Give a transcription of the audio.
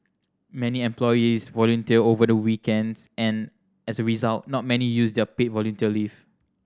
many employees volunteer over the weekends and as a result not many use their paid volunteer leave